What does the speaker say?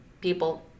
people